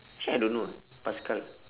actually I don't know ah pascal